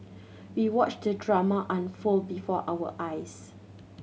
we watched the drama unfold before our eyes